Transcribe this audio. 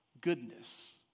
goodness